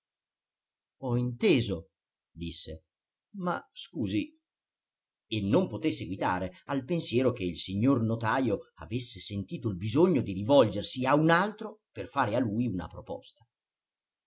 ho inteso disse ma scusi e non poté seguitare al pensiero che il signor notajo avesse sentito il bisogno di rivolgersi a un altro per fare a lui una proposta